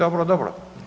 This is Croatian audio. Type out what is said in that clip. Dobro, dobro.